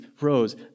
rose